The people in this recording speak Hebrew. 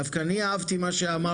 דווקא אני אהבתי את מה שאמרת.